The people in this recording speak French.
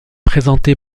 présenté